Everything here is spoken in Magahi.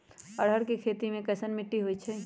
अरहर के खेती मे कैसन मिट्टी होइ?